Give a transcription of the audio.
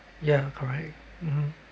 ya correct mmhmm